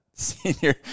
senior